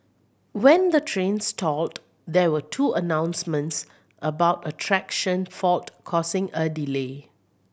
when the train stalled there were two announcements about a traction fault causing a delay